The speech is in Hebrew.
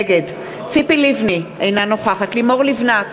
נגד ציפי לבני, אינה נוכחת לימור לבנת,